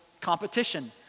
competition